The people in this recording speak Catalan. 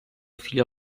filla